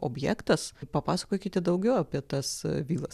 objektas papasakokite daugiau apie tas vilas